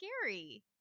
scary